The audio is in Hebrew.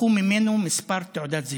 לקחו ממנו מספר תעודת זהות.